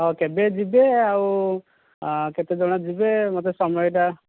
ହଁ କେବେ ଯିବେ ଆଉ କେତେ ଜଣ ଯିବେ ମୋତେ ସମୟଟା